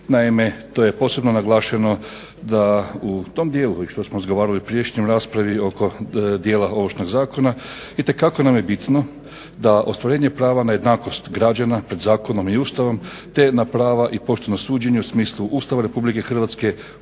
Naime, to je posebno naglašeno da u tom dijelu i što smo razgovarali u prijašnjoj raspravi oko dijela Ovršnog zakona itekako nam je bitno da ostvarenje prava na jednakost građana pred zakonom i Ustavom, te na prava i pošteno suđenje u smislu Ustava Republike Hrvatske,